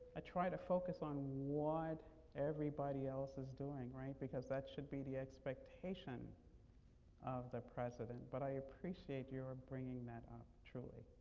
ah try to focus on what everybody else is doing, because that should be the expectation of the president. but i appreciate your bringing that up, truly.